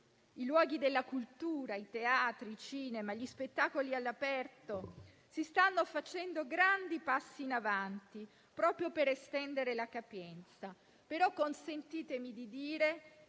i luoghi della cultura come teatri, cinema e spettacoli all'aperto, si stanno facendo grandi passi in avanti proprio per estendere la capienza. Consentitemi però di dire